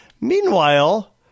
Meanwhile